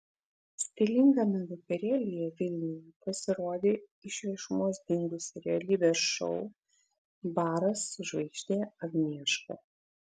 stilingame vakarėlyje vilniuje pasirodė iš viešumos dingusi realybės šou baras žvaigždė agnieška